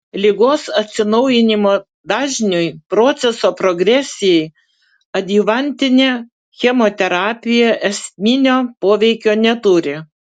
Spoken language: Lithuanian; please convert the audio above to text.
ligos atsinaujinimo dažniui proceso progresijai adjuvantinė chemoterapija esminio poveikio neturi